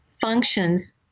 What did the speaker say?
functions